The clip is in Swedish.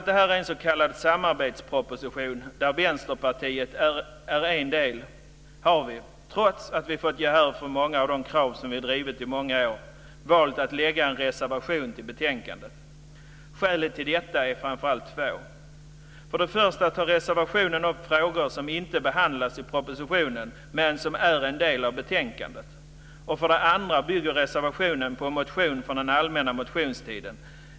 Det här är en s.k. samarbetsproposition. Trots att vi har fått gehör för flera av de krav som vi har drivit i många år har vi valt att avge en reservation till betänkandet. Det finns två skäl till detta. För det första tar reservationen upp frågor som inte behandlas i propositionen men som utgör en del av betänkandet. För det andra bygger reservationen på en motion från den allmänna motionstiden.